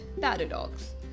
Paradox